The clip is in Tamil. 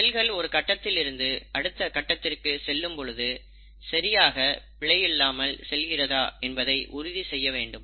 செல்கள் ஒரு கட்டதில் இருந்து அடுத்த கட்டதிற்கு செல்லும் பொழுது சரியாக பிழை இல்லாமல் செல்கிறதா என்பதை உறுதி செய்ய வேண்டும்